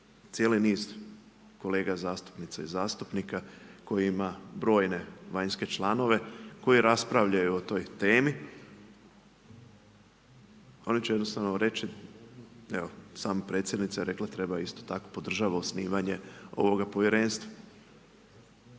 cijeli niz kolega zastupnica i zastupnika, koji ima brojne vanjske članove koji raspravljaju o toj temi. Oni će jednostavno reći, evo sama predsjednica je rekla treba isto tako podržava osnivanje ovoga povjerenstva.